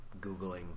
Googling